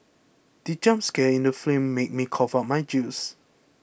the jump scare in the film made me cough out my juice